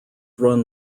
run